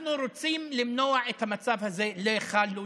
אנחנו רוצים למנוע את המצב הזה לחלוטין,